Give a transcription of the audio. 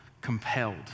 Compelled